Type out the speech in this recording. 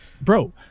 bro